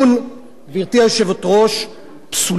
גברתי היושבת-ראש, פסולי חיתון,